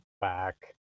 Back